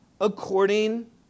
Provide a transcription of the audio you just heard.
according